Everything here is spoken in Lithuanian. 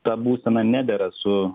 ta būsena nedera su